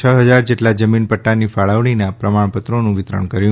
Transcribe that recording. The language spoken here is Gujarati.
છ હજાર જેટલા જમીન પદાની ફાળવણીના પ્રમાણપત્રોનું વિતરણ કર્યું